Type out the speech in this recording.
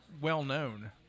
well-known